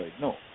No